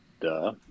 duh